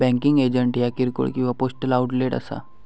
banking agent ह्या किरकोळ किंवा पोस्टल आउटलेट असा